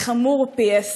זה חמור פי עשרה.